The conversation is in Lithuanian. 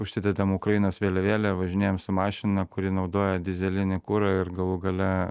užsidedam ukrainos vėliavėlę važinėjam su mašina kuri naudoja dyzelinį kurą ir galų gale